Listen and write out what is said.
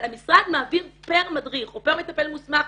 אבל המשרד מעביר פר מדריך או פר מטפל מוסמך,